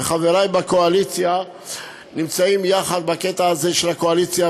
וחברי בקואליציה נמצאים יחד בקטע הזה של הקואליציה,